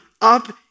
up